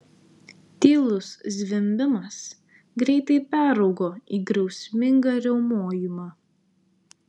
tylus zvimbimas greitai peraugo į griausmingą riaumojimą